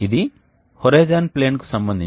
కాబట్టి rotary hood ఇలా చూపబడింది